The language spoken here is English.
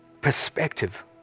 perspective